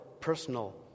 personal